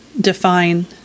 define